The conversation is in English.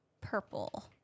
purple